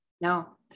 No